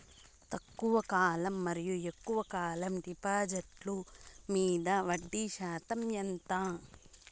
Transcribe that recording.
తక్కువ కాలం మరియు ఎక్కువగా కాలం డిపాజిట్లు మీద వడ్డీ శాతం ఎంత?